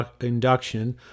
induction